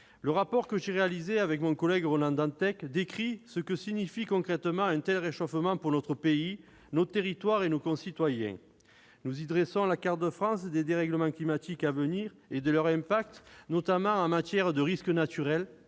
Le rapport que j'ai réalisé avec Ronan Dantec décrit ce que signifie concrètement un tel réchauffement pour notre pays, nos territoires et nos concitoyens. Nous y dressons la carte de France des dérèglements climatiques à venir et de leurs impacts, notamment en matière de risques naturels,